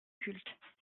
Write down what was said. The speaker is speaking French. cultes